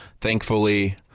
thankfully